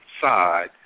side